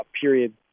period